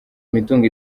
imitungo